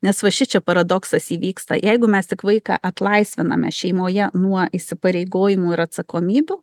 nes va šičia paradoksas įvyksta jeigu mes tik vaiką atlaisviname šeimoje nuo įsipareigojimų ir atsakomybių